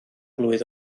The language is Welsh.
blwydd